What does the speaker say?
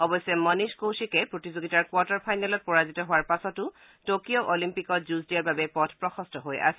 অৱেশ্য মনীশ কৌশিকে প্ৰতিযোগিতাৰ কোৱাৰ্টাৰ ফাইনেলত পৰাজিত হোৱাৰ পাছতো টকিঅ' অলিম্পকত যুঁজ দিয়াৰ বাবে পথ প্ৰশস্ত হৈ আছে